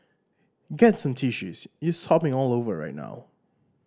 get some tissues you sobbing all over right now